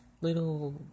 little